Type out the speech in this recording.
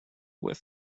with